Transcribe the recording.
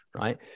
right